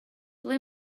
ble